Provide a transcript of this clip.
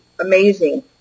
amazing